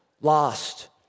lost